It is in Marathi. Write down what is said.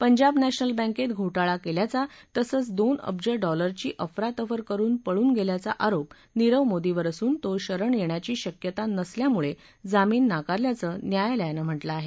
पंजाब नॅशनल बँकेत घोटाळा केल्याचा तसंच दोन अब्ज डॉलरची अफरातफर करुन पळून गेल्याचा आरोप नीरव मोदीवर असून तो शरण येण्याची शक्यता नसल्यामुळे जामीन नाकारल्याचं न्यायालयानं म्हटलं आहे